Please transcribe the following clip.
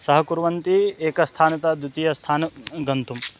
सहकुर्वन्ति एकस्थानात् द्वितीयस्थानं गन्तुम्